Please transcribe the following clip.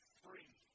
free